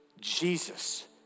Jesus